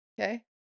Okay